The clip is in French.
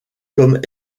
comme